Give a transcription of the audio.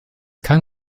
kein